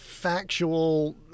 Factual